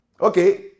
Okay